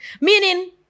Meaning